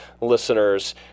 listeners